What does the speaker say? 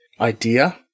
idea